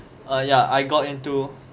ah yeah I got into